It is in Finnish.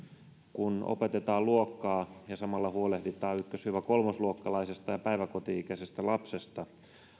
kun opetetaan luokkaa ja samalla huolehditaan ykkös kolmosluokkalaisesta ja päiväkoti ikäisestä lapsesta